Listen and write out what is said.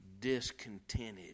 discontented